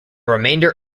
remainder